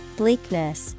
bleakness